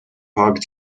hugged